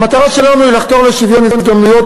המטרה שלנו היא לחתור לשוויון הזדמנויות